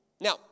Now